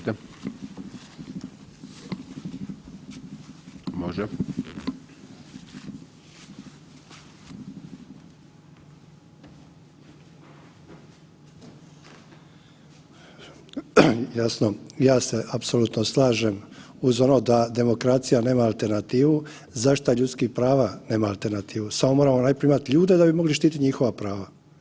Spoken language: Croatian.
Jasno, ja se apsolutno slažem uz ono da demokracija nema alternativu, zaštita ljudskih prava nema alternativu samo moramo najprije imati ljude da bi mogli štititi njihova prava.